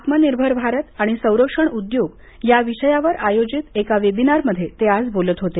आत्मनिर्भर भारत आणि संरक्षण उद्योग या विषयावर आयोजित एका वेबिनारमध्ये आज ते बोलत होते